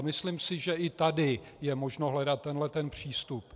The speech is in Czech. Myslím si, že i tady je možno hledat tento přístup.